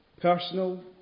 personal